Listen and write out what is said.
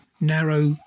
narrow